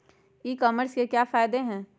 ई commerce के क्या फायदे हैं?